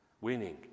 Winning